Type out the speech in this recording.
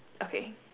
okay